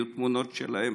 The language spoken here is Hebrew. יהיו תמונות שלהם?